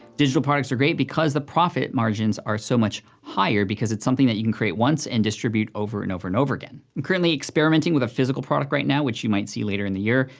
digital products are great, because the profit margins are so much higher, because it's something that you can create once, and distribute over and over and over again. i'm currently experimenting with a physical product right now, which you might see later in the year,